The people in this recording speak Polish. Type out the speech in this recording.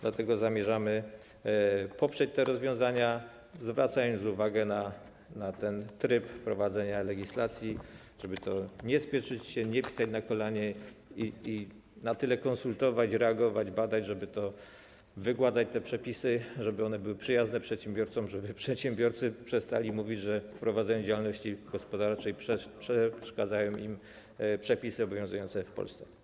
Dlatego zamierzamy poprzeć te rozwiązania, zwracając uwagę na ten tryb prowadzenia legislacji, żeby nie spieszyć się, nie pisać na kolanie i na tyle konsultować, reagować, badać, żeby wygładzać te przepisy, żeby one były przyjazne przedsiębiorcom, żeby przedsiębiorcy przestali mówić, że w prowadzeniu działalności gospodarczej przeszkadzają im przepisy obowiązujące w Polsce.